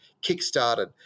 kick-started